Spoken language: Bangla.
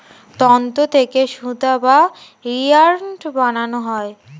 তন্তু থেকে সুতা বা ইয়ার্ন বানানো হয়